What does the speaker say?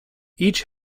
each